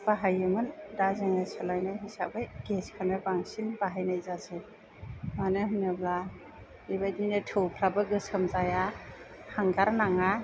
बाहायोमोन दा जोङो सोलायनाय हिसाबै गेसखौनो बांसिन बाहायनाय जासै मानो होनोब्ला बेबायदिनो थौफ्राबो गोसोम जाया हांगार नाङा